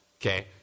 Okay